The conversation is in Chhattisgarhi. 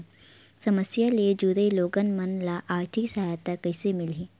समस्या ले जुड़े लोगन मन ल आर्थिक सहायता कइसे मिलही?